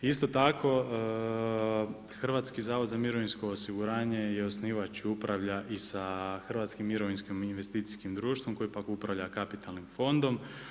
Isto tako Hrvatski zavod za mirovinsko osiguranje je osnivač i upravlja i sa Hrvatskim mirovinskim investicijskim društvom koji pak upravlja kapitalnim fondom.